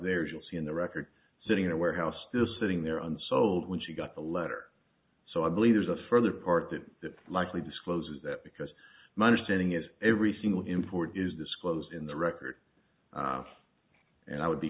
there you'll see in the record sitting in a warehouse still sitting there on sold when she got the letter so i believe there's a further part that it's likely discloses that because my understanding is every single import is disclosed in the record and i would be